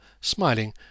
smiling